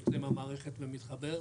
יוצא מהמערכת ומתחבר,